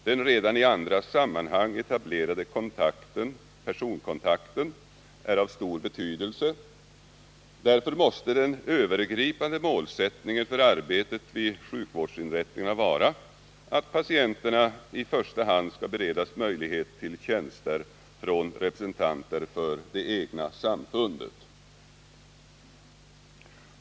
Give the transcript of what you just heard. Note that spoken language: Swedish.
Den redan i andra sammanhang etablerade personkontakten är av stor betydelse. Därför måste den övergripande målsättningen för arbetet vid sjukvårdsinrättningarna vara att patienterna i första hand skall beredas möjlighet till tjänster från representanter för det egna samfundet.